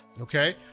okay